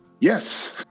Yes